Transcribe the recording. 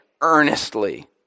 earnestly